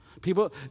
People